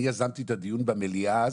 אני יזמתי את הדיון במליאה אז,